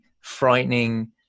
frightening